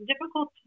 difficult